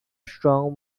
strong